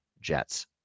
Jets